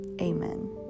Amen